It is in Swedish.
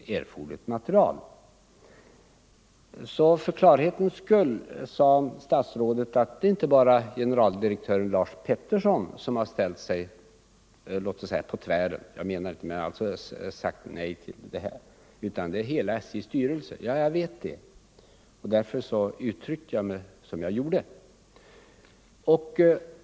Herr statsrådet ville för klarhetens skull nämna att det inte bara är generaldirektör Lars Peterson utan hela styrelsen som har sagt nej till att lämna ut materialet. Jag vet det, och därför uttryckte jag mig som jag gjorde.